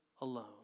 alone